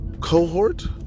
cohort